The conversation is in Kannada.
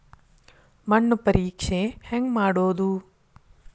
ಮಣ್ಣು ಪರೇಕ್ಷೆ ಹೆಂಗ್ ಮಾಡೋದು?